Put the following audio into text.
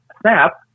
snap